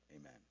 Amen